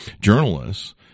journalists